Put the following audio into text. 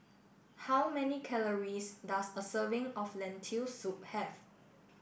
how many calories does a serving of Lentil Soup have